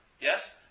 Yes